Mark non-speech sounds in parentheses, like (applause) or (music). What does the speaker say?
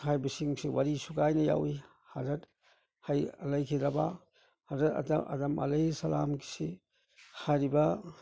ꯍꯥꯏꯔꯤꯕꯁꯤꯡꯁꯤ ꯋꯥꯔꯤ ꯁꯨꯒꯥꯏꯅ ꯌꯥꯎꯔꯛꯏ (unintelligible) ꯂꯩꯈꯤꯗ꯭ꯔꯕ (unintelligible) ꯑꯂꯩ ꯁꯂꯥꯝꯒꯤꯁꯤ ꯍꯥꯏꯔꯤꯕ